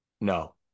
no